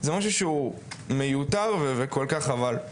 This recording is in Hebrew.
זה משהו שהוא מיותר וכל כך חבל.